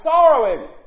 sorrowing